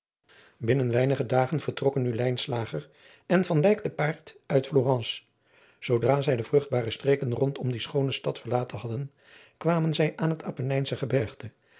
binnen weinige dagen vertrokken nu lijnslager en van dijk te paard uit florence zoodra zij de vruchtbare streken rondom die schoone stad verlaten hadden kwamen zij aan het apennijnsch gebergte